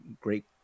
great